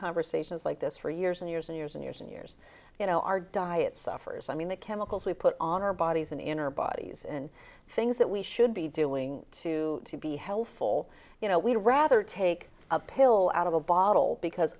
conversations like this for years and years and years and years and years you know our diet suffers i mean the chemicals we put on our bodies and in our bodies and things that we should be doing to be healthful you know we'd rather take a pill out of a bottle because